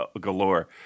galore